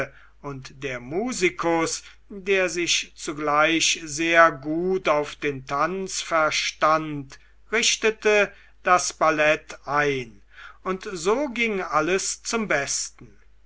und der musikus der sich zugleich sehr gut auf den tanz verstand richtete das ballett ein und so ging alles zum besten